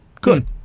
Good